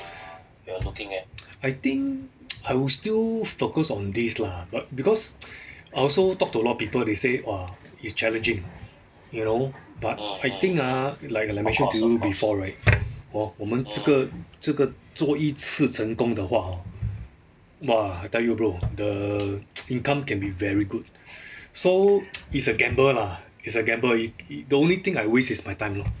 I think I will still focus on these lah but because I also talk to a lot of people they say !wah! it's challenging you know but I think ah like I mentioned to you before right hor 我们这个这个做一次成功的话 hor !wah! I tell you bro the income can be very good so it's a gamble lah it's a gamble t~ the only thing that I waste is my time lor